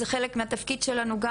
לה וזה חלק מהתפקיד שלנו גם,